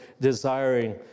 desiring